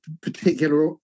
particular